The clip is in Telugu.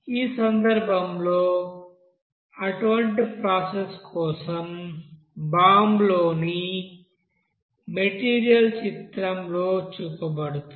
ఈ సందర్భంలో అటువంటి ప్రాసెస్ కోసం బాంబులోని మెటీరియల్ చిత్రంలో చూపబడుతుంది